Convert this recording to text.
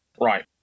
Right